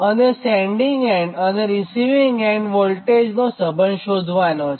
અને sending end અને receiving end વોલ્ટેજનો સંબંધ શોધવાનો છે